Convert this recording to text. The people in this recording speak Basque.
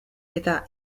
eta